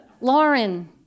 Lauren